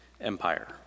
Empire